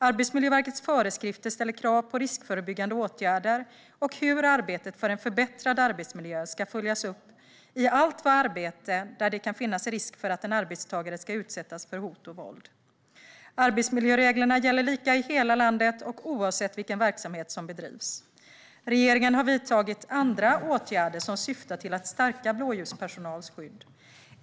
Arbetsmiljöverkets föreskrifter ställer krav på riskförebyggande åtgärder och hur arbetet för en förbättrad arbetsmiljö ska följas upp i allt arbete där det kan finnas risk för att en arbetstagare utsätts för våld och hot. Arbetsmiljöreglerna gäller lika i hela landet och oavsett vilken verksamhet som bedrivs. Regeringen har vidtagit andra åtgärder som syftar till att stärka blåljuspersonalens skydd.